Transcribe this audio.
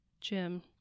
Jim